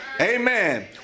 Amen